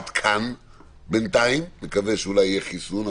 את כאן בינתיים נקווה שיהיה חיסון,